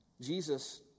Jesus